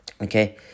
okay